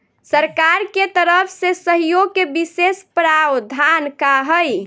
सरकार के तरफ से सहयोग के विशेष प्रावधान का हई?